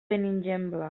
benigembla